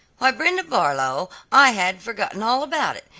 why, brenda barlow, i had forgotten all about it,